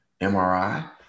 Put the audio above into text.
MRI